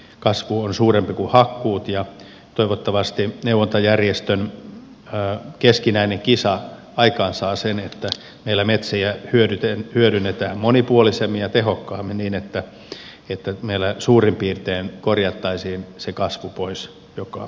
kasvu on suurempi kuin hakkuut ja toivottavasti neuvontajärjestön keskinäinen kisa aikaansaa sen että meillä metsiä hyödynnetään monipuolisemmin ja tehokkaammin niin että meillä suurin piirtein korjattaisiin se kasvu pois joka vuosi